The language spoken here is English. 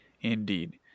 indeed